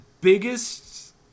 biggest